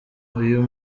uyu